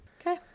Okay